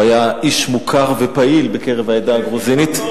הוא היה איש מוכר ופעיל בקרב העדה הגרוזינית.